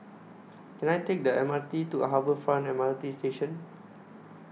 Can I Take The M R T to Harbour Front M R T Station